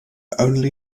only